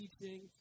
teaching